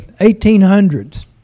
1800s